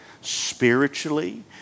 spiritually